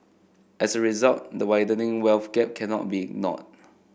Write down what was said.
as a result the widening wealth gap cannot be ignored